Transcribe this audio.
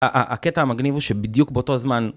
הקטע המגניב הוא שבדיוק באותו זמן...